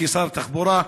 כשר התחבורה?